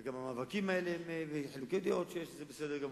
וגם המאבקים האלה, חילוקי דעות שיש, זה בסדר גמור.